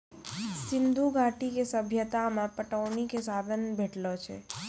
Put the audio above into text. सिंधु घाटी के सभ्यता मे पटौनी के साधन भेटलो छै